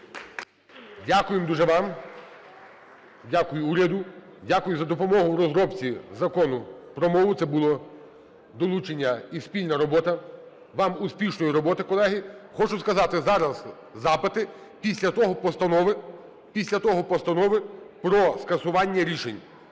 Дякуємо дуже вам. Дякую уряду. Дякую за допомогу в розробці Закону про мову, це було долучення і спільна робота. Вам успішної роботи, колеги. Хочу сказати, зараз запити, після того - постанови, після того